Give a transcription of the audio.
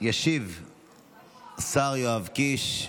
ישיב השר יואב קיש,